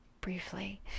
briefly